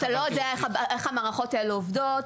אתה לא יודע איך המערכות האלה עובדות.